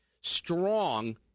strong